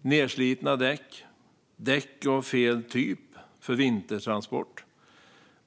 Det är nedslitna däck och däck av fel typ under vintertransport.